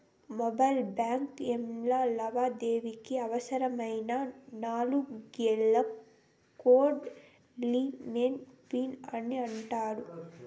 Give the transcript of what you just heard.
mobile banking యాప్ల లావాదేవీలకి అవసరమైన నాలుగంకెల కోడ్ ని ఎమ్.పిన్ అంటాండారు